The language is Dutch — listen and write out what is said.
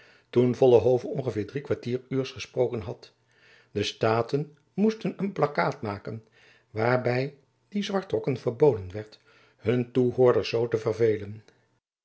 toen vollenhove ongeveer drie kwartier uurs gesproken had de staten moesten een plakkaat maken waarbij dien zwartrokken verboden werd hun toehoorders zoo te verveelen